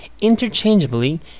interchangeably